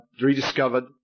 rediscovered